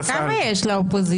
הצבעה לא אושרו.